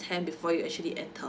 then before you actually enter